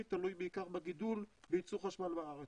תלוי בעיקר בגידול בייצור חשמל בארץ,